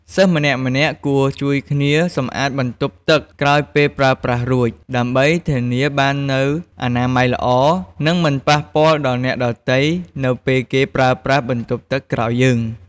សិស្សម្នាក់ៗគួរជួយគ្នាសម្អាតបន្ទប់ទឹកក្រោយពេលប្រើប្រាស់រួច ដើម្បីធានាបាននូវអនាម័យល្អនិងមិនប៉ះពាល់ដល់អ្នកដទៃនៅពេលគេប្រើប្រាស់បន្ទប់ទឹកក្រោយយើង។